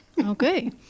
Okay